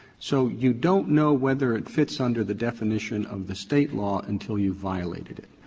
so you don't know whether it fits under the definition of the state law until you've violated it.